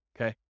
okay